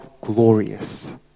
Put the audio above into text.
glorious